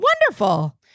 Wonderful